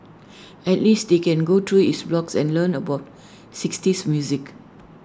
at least they can go through his blogs and learn about sixties music